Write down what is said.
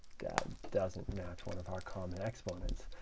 that doesn't match one of our common exponents.